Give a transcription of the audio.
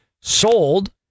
sold